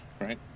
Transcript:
right